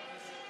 ההצעה